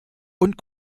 und